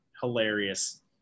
hilarious